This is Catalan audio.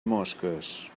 mosques